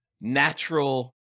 natural